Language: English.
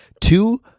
Two